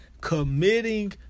committing